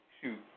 Shoot